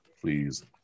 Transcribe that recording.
please